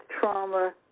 Trauma